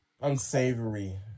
unsavory